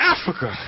Africa